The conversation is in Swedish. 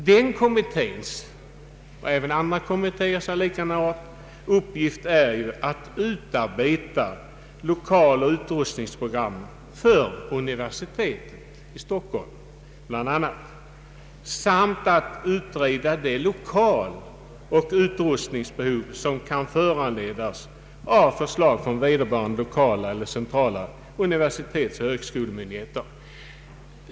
Den kommitté som alltså finns för Stockholms universitet har just till uppgift att utarbeta lokal. och utrustningsprogram för universitetet samt att utreda de lokal. och utrustningsbehov som kan föranledas av förslag från vederbörande lokala eller centrala universitetsoch högskolemyndigheter.